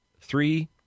three